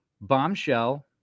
bombshell